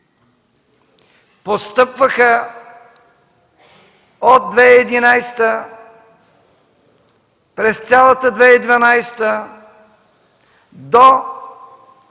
постъпваха от 2011, през цялата 2012 до